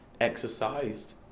exercised